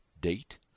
date